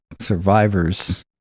survivors